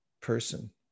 person